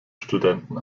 studenten